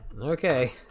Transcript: Okay